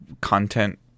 content